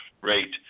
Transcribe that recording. rate